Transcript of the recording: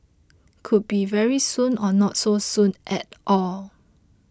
could be very soon or not so soon at all